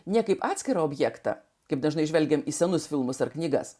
ne kaip atskirą objektą kaip dažnai žvelgiame į senus filmus ar knygas